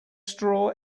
straw